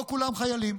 לא כולם חיילים.